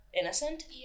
innocent